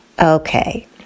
Okay